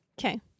okay